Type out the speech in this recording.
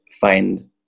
find